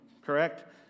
correct